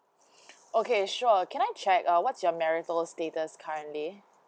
okay sure can I check uh what's your marital status currently